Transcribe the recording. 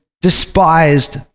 despised